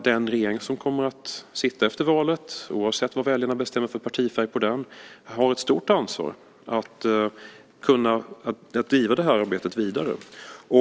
Den regering som kommer att sitta efter valet, oavsett vad väljarna bestämmer för partifärg på den, har ett stort ansvar att driva det här arbetet vidare.